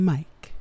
Mike